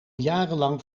jarenlang